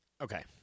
Okay